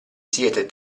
siete